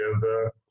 together